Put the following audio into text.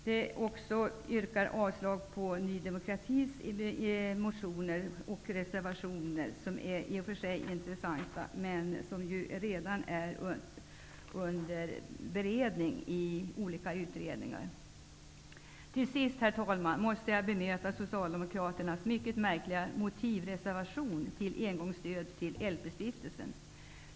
Jag yrkar också avslag på Ny demokratis motioner och reservationer, som i och för sig är intressanta men som ju redan är under beredning i olika utredningar. Till sist, herr talman, måste jag bemöta stiftelsen.